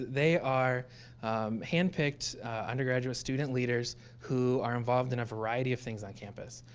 they are handpicked undergraduate student leaders who are involved in a variety of things on campus,